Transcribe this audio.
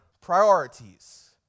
priorities